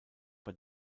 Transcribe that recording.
bei